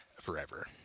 forever